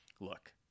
Look